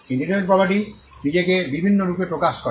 intellectual property নিজেকে বিভিন্ন রূপে প্রকাশ করে